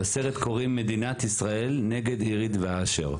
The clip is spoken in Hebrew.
לסרט קוראים "מדינת ישראל נגד אירית ואשר".